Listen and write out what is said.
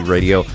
Radio